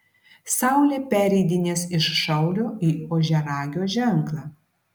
saulė pereidinės iš šaulio į ožiaragio ženklą